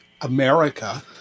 America